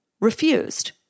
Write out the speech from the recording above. refused